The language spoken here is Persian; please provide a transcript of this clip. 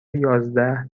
یازده